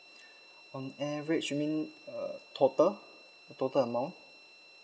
on average mean uh total total amount